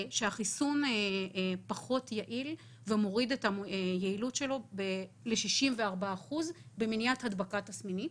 שהחיסון פחות יעיל ומוריד את היעילות שלו ל-64% במניעת הדבקה תסמינית,